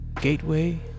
Gateway